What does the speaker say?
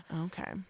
Okay